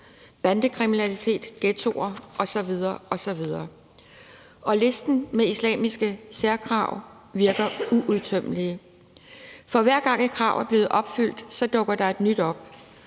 bandekriminalitet, ghettoer osv. osv., og listen med islamiske særkrav virker uudtømmelig. For hver gang et krav er blevet opfyldt, dukker der et nyt op,